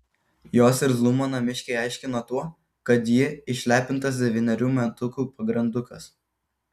jos irzlumą namiškiai aiškino tuo kad ji išlepintas devynerių metukų pagrandukas